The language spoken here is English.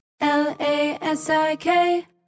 l-a-s-i-k